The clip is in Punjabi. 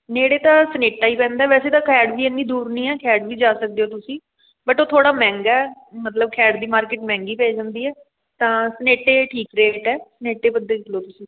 ਨੇੜੇ ਤਾਂ ਸਨੇਟਾ ਹੀ ਪੈਂਦਾ ਵੈਸੇ ਤਾਂ ਖੈੜ ਵੀ ਐਨੀ ਦੂਰ ਨਹੀਂ ਹੈ ਖੈੜ ਵੀ ਜਾ ਸਕਦੇ ਹੋ ਤੁਸੀਂ ਬਟ ਉਹ ਥੋੜ੍ਹਾ ਮਹਿੰਗਾ ਮਤਲਬ ਖੈੜ ਦੀ ਮਾਰਕੀਟ ਮਹਿੰਗੀ ਪੈ ਜਾਂਦੀ ਹੈ ਤਾਂ ਸਨੇਟੇ ਠੀਕ ਰੇਟ ਹੈ ਸਨੇਟੇ ਪਰ ਦੇਖ ਲਉ ਤੁਸੀਂ